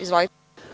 Izvolite.